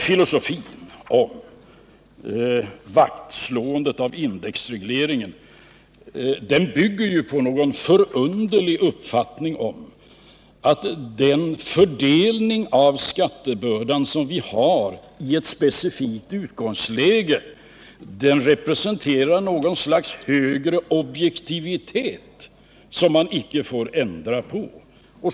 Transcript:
Filosofin bakom att slå vakt om indexregleringen bygger på någon förunderlig uppfattning om att den fördelning av skattebördan som vi har i ett specifikt utgångsläge representerar något slags högre objektivitet som man icke får ändra på.